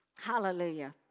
hallelujah